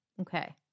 Okay